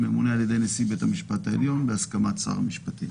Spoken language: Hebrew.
ממונה על ידי נשיא בית המשפט העליון בהסכמת שר המשפטים.